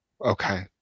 Okay